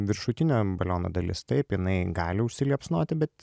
viršutinė baliono dalis taip jinai gali užsiliepsnoti bet